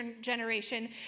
generation